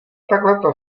takhle